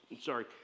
sorry